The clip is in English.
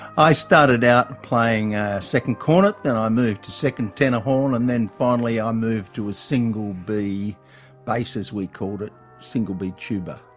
i started out playing second cornet then i moved to second tenor horn and then finally i moved to a single b bass as we called it single b tuba.